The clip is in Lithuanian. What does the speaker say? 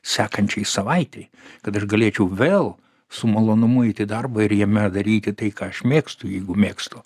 sekančiai savaitei kad aš galėčiau vėl su malonumu eit į darbą ir jame daryti tai ką aš mėgstu jeigu mėgstu